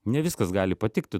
ne viskas gali patikti